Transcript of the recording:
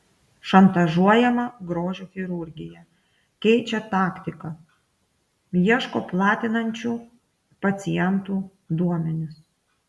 šantažuojama grožio chirurgija keičia taktiką ieško platinančių pacientų duomenis